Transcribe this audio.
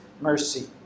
mercy